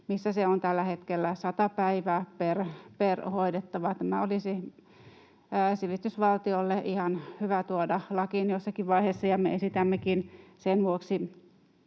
missä se on tällä hetkellä 100 päivää per hoidettava. Tämä olisi sivistysvaltiolle ihan hyvä tuoda lakiin jossakin vaiheessa, ja me esitämmekin sen vuoksi